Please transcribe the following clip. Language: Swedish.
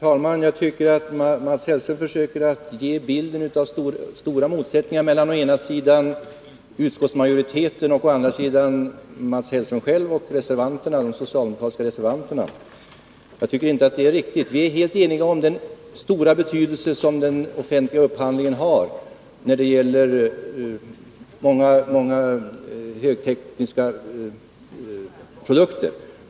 Herr talman! Mats Hellström försöker teckna bilden av stora motsättningar mellan å ena sidan utskottsmajoriteten och å andra sidan Mats Hellström själv och de socialdemokratiska reservanterna. Jag tycker inte det är riktigt. Vi är helt eniga om den stora betydelse som den offentliga upphandlingen har när det gäller många högtekniska produkter.